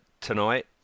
tonight